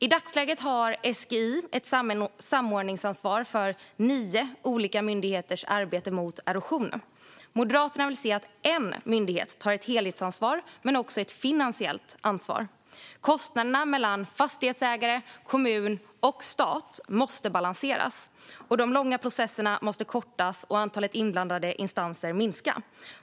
I dagsläget har SGI ett samordningsansvar för nio olika myndigheters arbete mot erosionen. Moderaterna vill se att en myndighet tar ett helhetsansvar men också ett finansiellt ansvar. Kostnaderna mellan fastighetsägare, kommun och stat måste balanseras, de långa processerna kortas och antalet inblandade instanser minska.